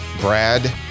Brad